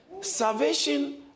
Salvation